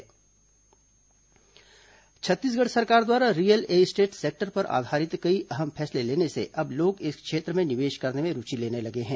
real estate Chhattisgarh सरकार द्वारा real estate sector पर आधारित कई अहम फैसले लेने से अब लोग इस क्षेत्र में निवेश करने में रूचि लेने लगे हैं